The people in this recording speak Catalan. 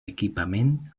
equipament